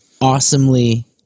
awesomely